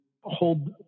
hold